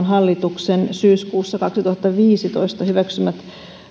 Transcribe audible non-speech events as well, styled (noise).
(unintelligible) hallituksen syyskuussa kaksituhattaviisitoista hyväksymät